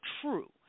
true